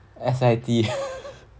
S_I_T